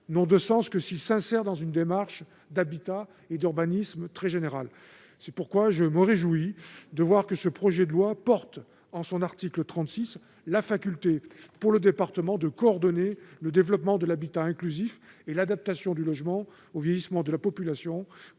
n'avaient de sens que s'ils s'inscrivaient dans une démarche d'habitat et d'urbanisme très générale. C'est pourquoi je me réjouis que ce projet de loi prévoie en son article 36 la faculté pour le département de coordonner le développement de l'habitat inclusif et l'adaptation du logement au vieillissement de la population,